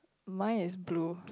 mine is blue